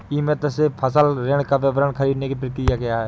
ई मित्र से फसल ऋण का विवरण ख़रीदने की प्रक्रिया क्या है?